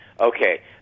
okay